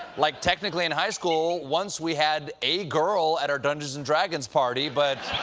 like technically in high school, once we had a girl at our dungeons and dragons party, but